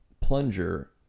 plunger